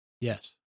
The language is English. Yes